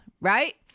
right